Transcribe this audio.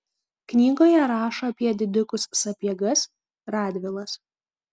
knygoje rašo apie didikus sapiegas radvilas